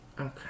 Okay